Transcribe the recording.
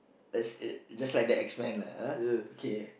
like it's just like the X-Men lah uh okay